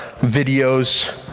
videos